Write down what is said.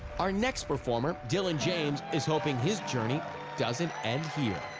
our next performer, dillon james, is hoping his journey doesn't end here.